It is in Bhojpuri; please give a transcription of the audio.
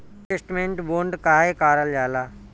इन्वेस्टमेंट बोंड काहे कारल जाला?